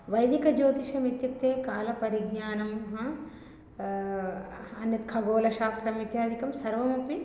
वैदिकज्योतिष्यम् इत्युक्ते कालपरिज्ञानं हा अन्यत् खगोलशास्त्रम् इत्यादिकं सर्वमपि